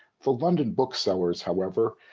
the london booksellers, however,